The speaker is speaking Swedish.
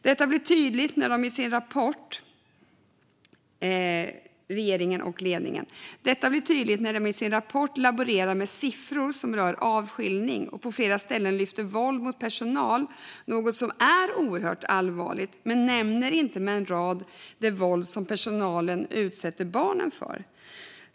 Detta blir tydligt när de i sin rapport laborerar med siffror som rör avskiljning och på flera ställen lyfter fram våld mot personal - något som är oerhört allvarligt - men inte med en rad nämner det våld som personalen utsätter barnen för.